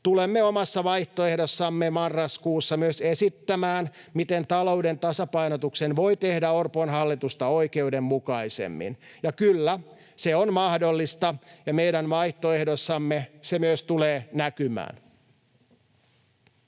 Tulemme omassa vaihtoehdossamme marraskuussa myös esittämään, miten talouden tasapainotuksen voi tehdä Orpon hallitusta oikeudenmukaisemmin. Ja kyllä, se on mahdollista, ja meidän vaihtoehdossamme se myös tulee näkymään.